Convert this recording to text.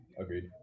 Agreed